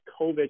COVID